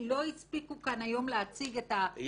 לא הספיקו כאן היום להציג את המצגת.